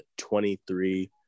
23